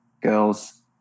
Girls